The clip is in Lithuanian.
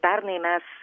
pernai mes